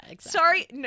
sorry